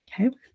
okay